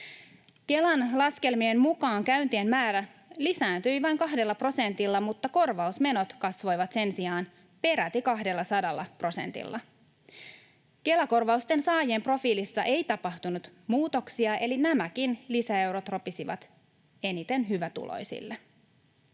Kelan laskelmien mukaan käyntien määrä lisääntyi vain kahdella prosentilla, mutta korvausmenot kasvoivat sen sijaan peräti 200 prosentilla. Kela-korvausten saajien profiilissa ei tapahtunut muutoksia, eli nämäkin lisäeurot ropisivat eniten hyvätuloisille.